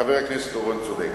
חבר הכנסת אורון צודק,